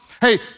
hey